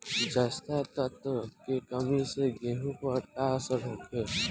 जस्ता तत्व के कमी से गेंहू पर का असर होखे?